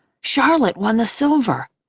charlotte won the silver.